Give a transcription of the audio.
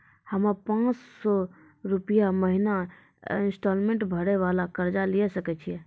हम्मय पांच सौ रुपिया महीना इंस्टॉलमेंट भरे वाला कर्जा लिये सकय छियै?